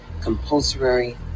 compulsory